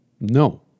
no